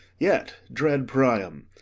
yet, dread priam,